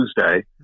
Tuesday